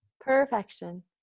Perfection